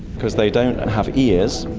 because they don't have ears,